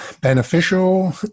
beneficial